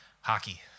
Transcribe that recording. Hockey